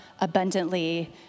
abundantly